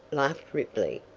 laughed ripley.